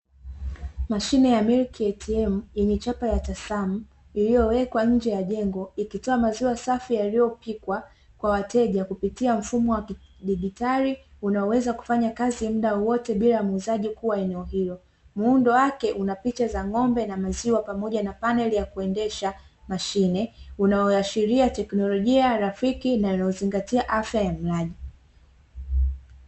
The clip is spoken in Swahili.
Mashine ya milk ATM yenye chapa ya "TASSMATT", iliyowekwa nje ya jengo, ikitoa maziwa safi yaliyopikwa kwa wateja kupitia mfumo wa kidigitali; unaweza kufanya kazi muda wowote bila muuzaji kuwa eneo hilo. Muundo wake una picha za ng'ombe na maziwa pamoja na paneli ya kuendesha mashine, unayoashiria teknolojia rafiki na kuzingatia afya ya mlaji.